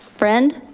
friend.